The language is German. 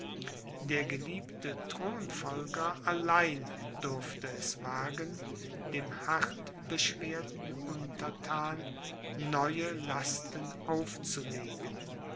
der geliebte thronfolger allein durfte es wagen dem hartbeschwerten unterthan neue lasten aufzulegen